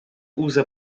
usa